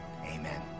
amen